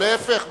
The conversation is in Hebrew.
להיפך.